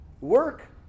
Work